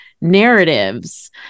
narratives